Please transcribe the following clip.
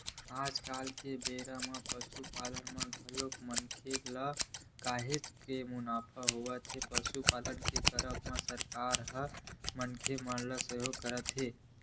आज के बेरा म पसुपालन म घलोक मनखे ल काहेच के मुनाफा होथे पसुपालन के करब म सरकार ह मनखे मन ल सहयोग करथे